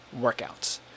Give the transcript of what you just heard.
workouts